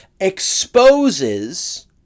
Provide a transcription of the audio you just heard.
exposes